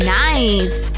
nice